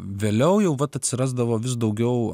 vėliau jau vat atsirasdavo vis daugiau